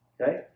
Okay